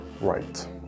right